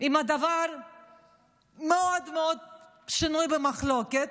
עם דבר שמאוד מאוד שנוי במחלוקת.